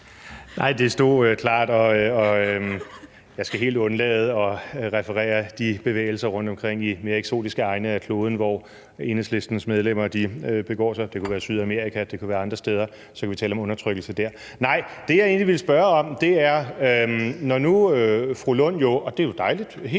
Nej, det stod klart, og jeg skal helt undlade at referere de bevægelser rundtomkring i mere eksotiske egne af kloden, hvor Enhedslistens medlemmer begår sig. Det kunne være Sydamerika, eller det kunne være andre steder. Så kunne vi tale om undertrykkelse dér. Nej, det, jeg egentlig ville spørge om, er, at når nu fru Rosa Lund – og det er jo dejligt –